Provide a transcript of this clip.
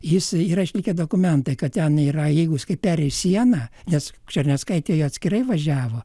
jis yra išlikę dokumentai kad ten yra jeigu jis kai pereis sieną nes černeckaitė jo atskirai važiavo